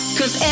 Cause